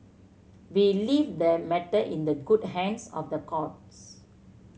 we leave the matter in the good hands of the courts